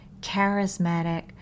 charismatic